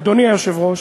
אדוני היושב-ראש.